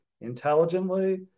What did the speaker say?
intelligently